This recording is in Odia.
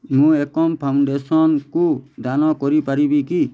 ମୁଁ ଏକମ୍ ଫାଉଣ୍ଡେସନ୍କୁ ଦାନ କରିପାରିବି କି